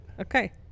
Okay